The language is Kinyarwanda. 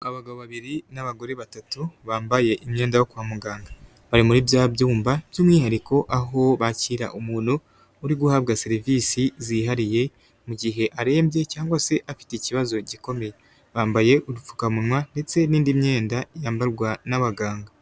Abagabo babiri n'abagore batatu bambaye imyenda yo kwa muganga, bari muri bya byumba by'umwihariko aho bakira umuntu uri guhabwa serivisi zihariye mu gihe arembye cyangwa se afite ikibazo gikomeye, bambaye udupfukamunwa ndetse n'indi myenda yambarwa n'abaganga.